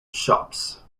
shops